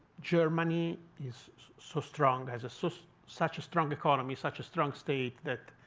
germany is so strong, has so such a strong economy, such a strong state, that